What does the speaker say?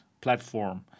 platform